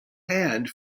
hand